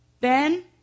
Ben